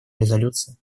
резолюции